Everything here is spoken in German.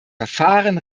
verfahren